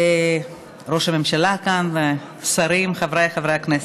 ראש הממשלה כאן, שרים, חבריי חברי הכנסת,